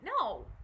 No